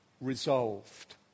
resolved